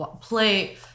Play